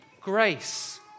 grace